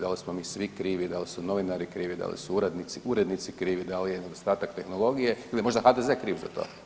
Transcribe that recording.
Da li smo mi svi krivi, da li su novinari krivi, da li su urednici krivi, da li je nedostatak tehnologije ili je možda HDZ kriv za to?